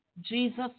Jesus